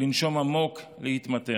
לנשום עמוק, להתמתח,